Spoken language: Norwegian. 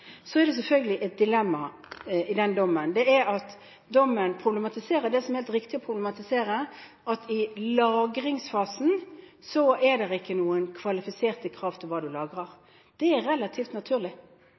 Så er det selvfølgelig et dilemma i den dommen. Det er at dommen problematiserer det som det er helt riktig å problematisere, at i lagringsfasen er det ikke noen kvalifiserte krav til hva